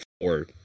four